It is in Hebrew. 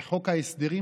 וחוק ההסדרים,